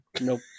Nope